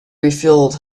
refilled